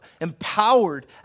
empowered